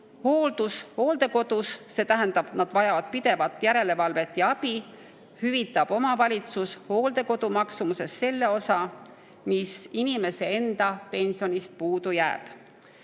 hooldus hooldekodus – see tähendab, et nad vajavad pidevat järelevalvet ja abi –, hüvitab omavalitsus hooldekodu[koha] maksumusest selle osa, mis inimese enda pensionist puudu jääb.